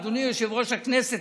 אדוני יושב-ראש הכנסת,